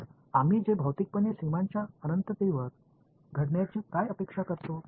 तर आम्ही जे भौतिकपणे सीमांच्या अनंततेवर घडण्याची काय अपेक्षा करतो